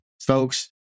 folks